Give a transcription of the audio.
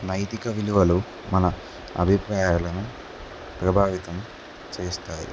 నైతిక విలువలు మన అభిప్రాయాలను ప్రభావితం చేస్తాయి